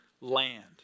land